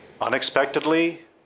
unexpectedly